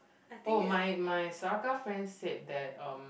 oh my my Saraca friend said that um